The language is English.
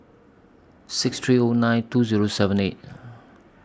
six three O nine two Zero seven eight